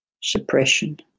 suppression